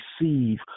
receive